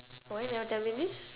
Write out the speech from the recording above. why you never tell me this